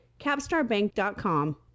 capstarbank.com